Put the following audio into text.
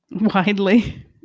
Widely